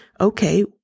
Okay